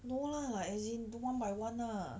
no lah as in do one by one lah